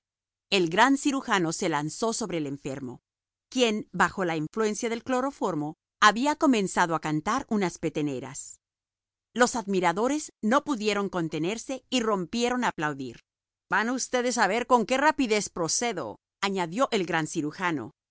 el gran cirujano se lanzó sobre el enfermo quien bajo la influencia del cloroformo había comenzado a cantar unas peteneras los admiradores no pudieron contenerse y rompieron a aplaudir van ustedes a ver con qué rapidez procedo añadió el gran